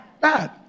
bad